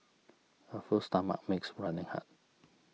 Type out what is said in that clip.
a full stomach makes running hard